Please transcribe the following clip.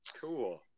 Cool